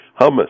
hummus